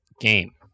game